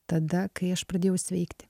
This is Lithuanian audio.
tada kai aš pradėjau sveikti